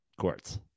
courts